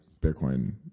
Bitcoin